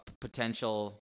potential